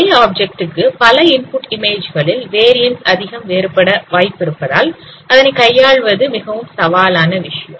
ஒரே ஆப்ஜெக்ட் க்கு பல இன்புட் இமேஜ் களில் வேரியண்ஸ் அதிகம் வேறுபட இருப்பதால் அதனை கையாள்வது மிகவும் சவாலான விஷயம்